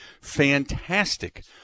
fantastic